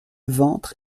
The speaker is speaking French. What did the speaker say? ventre